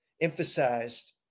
emphasized